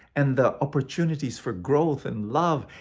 and the opportunities for growth and love.